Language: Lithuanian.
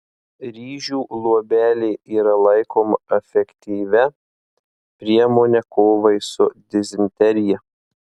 ryžių luobelė yra laikoma efektyvia priemone kovai su dizenterija